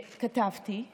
כתבתי מלא,